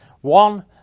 one